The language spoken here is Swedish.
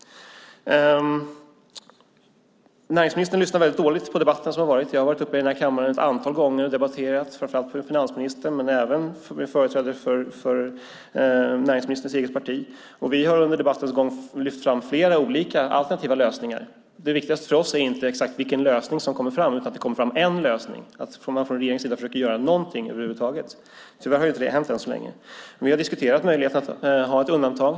Näringsministern lyssnar väldigt dåligt på den debatt som har varit. Jag har varit uppe här i kammaren ett antal gånger och debatterat, framför allt med finansministern men även med företrädare för näringsministerns eget parti. Under debattens gång har vi lyft fram flera olika alternativa lösningar. Det viktigaste för oss är inte vilken lösning som kommer fram utan att det kommer fram en lösning och att regeringen försöker göra någonting över huvud taget. Tyvärr har det inte hänt än så länge. Vi har diskuterat möjligheten att ha ett undantag.